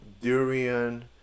durian